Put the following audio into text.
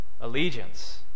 allegiance